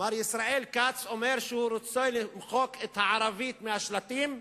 מר ישראל כץ אומר שהוא רוצה לדחוק את הערבית מהשלטים,